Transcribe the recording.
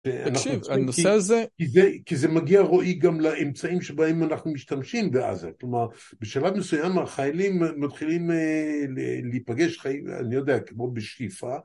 תקשיב, הנושא הזה... כי זה מגיע רואי גם לאמצעים שבהם אנחנו משתמשים בעזה, כלומר, בשלב מסוים החיילים מתחילים להיפגש, אני יודע, כמו בשפיפה.